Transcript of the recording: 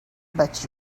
but